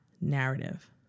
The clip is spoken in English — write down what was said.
narrative